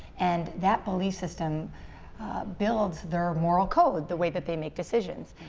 and that belief system builds their moral code, the way that they make decisions.